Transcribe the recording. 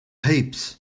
heaps